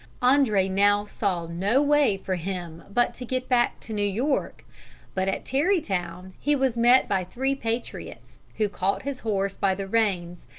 andre now saw no way for him but to get back to new york but at tarrytown he was met by three patriots, who caught his horse by the reins,